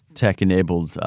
tech-enabled